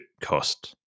cost